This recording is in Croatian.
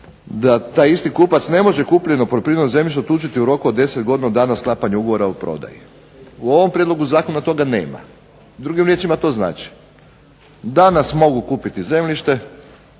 da taj isti kupac ne može kupljeno poljoprivredno zemljište ... u roku od godine dana od sklapanja ugovora o prodaji. U ovom Prijedlogu zakona toga nema, drugim riječima to znači danas mogu kupiti zemljište,